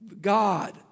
God